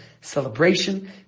celebration